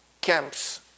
camps